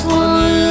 one